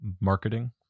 marketing